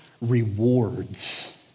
rewards